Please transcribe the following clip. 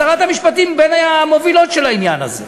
שרת המשפטים בין המובילות של העניין הזה.